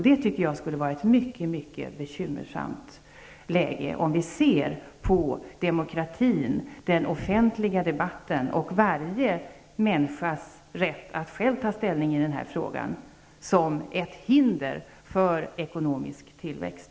Jag tycker att det vore mycket bekymmersamt om vi ser på demokratin, den offentliga debatten och varje människas rätt att själv ta ställning i den här frågan som ett hinder för ekonomisk tillväxt.